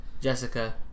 Jessica